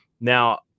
now